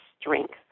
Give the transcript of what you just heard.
strength